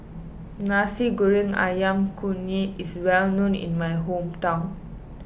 Nasi Goreng Ayam Kunyit is well known in my hometown